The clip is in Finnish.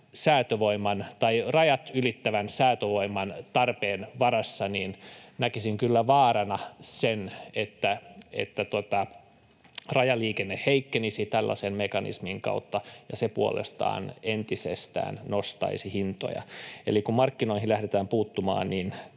rajat ylittävän säätövoiman tarpeen varassa, niin näkisin kyllä vaarana sen, että rajaliikenne heikkenisi tällaisen mekanismin kautta, ja se puolestaan entisestään nostaisi hintoja. Eli kun markkinoihin lähdetään puuttumaan,